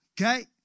Okay